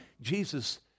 Jesus